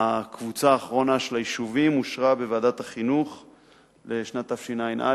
הקבוצה האחרונה של היישובים אושרה בוועדת החינוך בשנת תשע"א,